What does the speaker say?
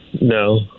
no